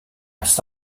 erst